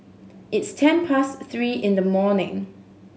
its ten past three in the morning